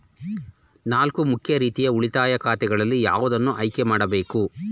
ನಾಲ್ಕು ಮುಖ್ಯ ರೀತಿಯ ಉಳಿತಾಯ ಖಾತೆಗಳಲ್ಲಿ ಯಾವುದನ್ನು ಆಯ್ಕೆ ಮಾಡಬೇಕು?